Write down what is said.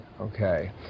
Okay